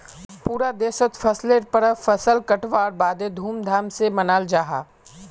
पूरा देशोत फसलेर परब फसल कटवार बाद धूम धाम से मनाल जाहा